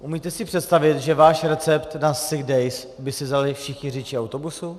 Umíte si představit, že váš recept na sick days by si vzali všichni řidiči autobusů?